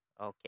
Okay